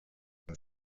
sein